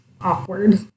awkward